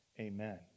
Amen